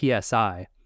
PSI